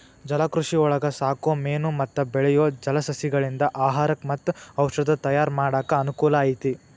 ಜಲಕೃಷಿಯೊಳಗ ಸಾಕೋ ಮೇನು ಮತ್ತ ಬೆಳಿಯೋ ಜಲಸಸಿಗಳಿಂದ ಆಹಾರಕ್ಕ್ ಮತ್ತ ಔಷದ ತಯಾರ್ ಮಾಡಾಕ ಅನಕೂಲ ಐತಿ